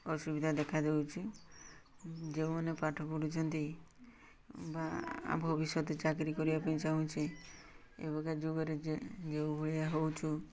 ଅସୁବିଧା ଦେଖାଯାଉଛି ଯେଉଁମାନେ ପାଠ ପଢ଼ୁଛନ୍ତି ବା ଭବିଷ୍ୟତ ଚାକିରି କରିବା ପାଇଁ ଚାହୁଁଛି ଏବେକା ଯୁଗରେ ଯେଉଁ ଭଳିଆ ହେଉଛି